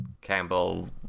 Campbell